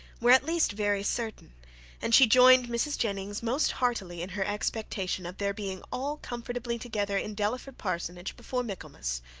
were at least very certain and she joined mrs. jennings most heartily in her expectation of their being all comfortably together in delaford parsonage before michaelmas.